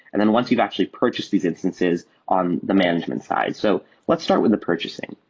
and then once you've actually purchased these instances on the management side. so let's start with the purchasing.